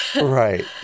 Right